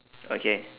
okay